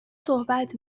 صحبت